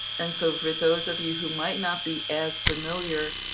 and so for those of you who might not be as familiar,